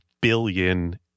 Billion